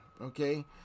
Okay